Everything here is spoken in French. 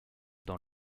dans